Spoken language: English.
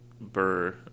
Burr